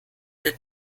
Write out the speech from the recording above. der